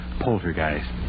poltergeists